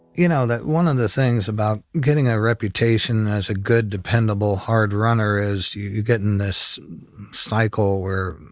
you know, that one of the things about getting a reputation as a good, dependable, hard runner is you you get in this cycle where